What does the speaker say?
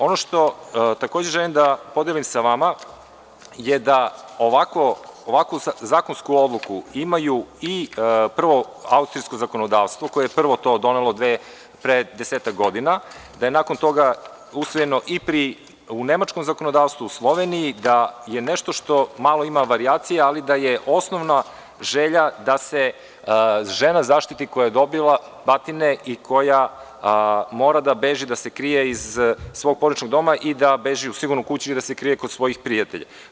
Ono što takođe želim da podelim sa vama je da ovakvu zakonsku odluku imaju i austrijsko zakonodavstvo koje je prvo to donelo pre desetak godina, da je nakon toga usvojeno i u nemačkom zakonodavstvu i u Sloveniji da je nešto što malo ima varijacije, ali da je osnovna želja da se žena zaštiti koja je dobila batine i koja mora da beži i da se krije iz svog porodičnog doma i da beži u „Sigurnu kuću“ i da se krije kod svojih prijatelja.